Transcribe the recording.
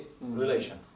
relation